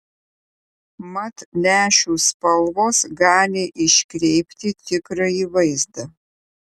mat lęšių spalvos gali iškreipti tikrąjį vaizdą